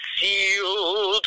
sealed